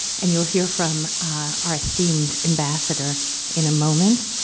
and you'll hear from our esteemed ambassador in a moment,